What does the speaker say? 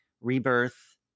rebirth